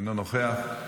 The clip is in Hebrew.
אינו נוכח,